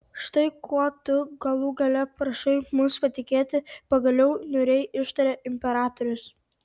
štai kuo tu galų gale prašai mus patikėti pagaliau niūriai ištarė imperatorius